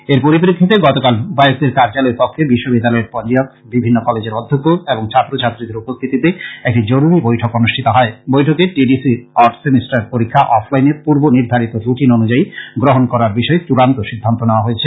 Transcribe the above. এর পরিপ্রেক্ষিতে গতকাল উপায়ক্তের কার্যালয় কক্ষে বিশ্ববিদ্যালয়ের পঞ্জীয়ক বিভিন্ন কলেজের অধ্যক্ষ এবং ছাত্র ছাত্রীদের উপস্থিতিতে একটি জরুরী বৈঠক অনুষ্ঠিত হয় বৈঠকে টি ডি সি অড সেমিষ্টারের পরীক্ষা অফ লাইনে পূর্ব নির্ধারিত রুটিন অনুযায়ী গ্রহণ করার বিষয়ে চূড়ান্ত সিদ্ধান্ত নেওয়া হয়েছে